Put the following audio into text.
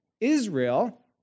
Israel